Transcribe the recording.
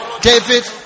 David